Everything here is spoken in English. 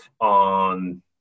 on